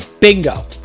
Bingo